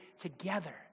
together